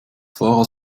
fahrrad